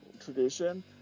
tradition